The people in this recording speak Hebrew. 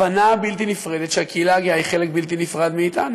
הבנה בלתי נפרדת שהקהילה הגאה היא חלק בלתי נפרד מאתנו.